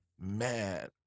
man